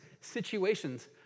situations